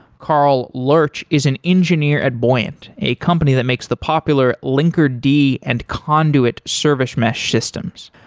carl lurch is an engineer at buoyant, a company that makes the popular linker d and conduit service mesh systems.